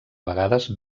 vegades